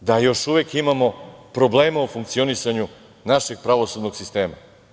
Naravno da još uvek imamo problema u funkcionisanju našeg pravosudnog sistema.